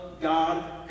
God